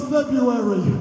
February